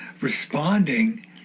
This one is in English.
responding